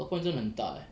north point 真的很大 eh